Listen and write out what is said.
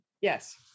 Yes